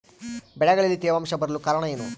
ಬೆಳೆಗಳಲ್ಲಿ ತೇವಾಂಶ ಬರಲು ಕಾರಣ ಏನು?